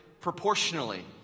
proportionally